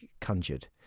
conjured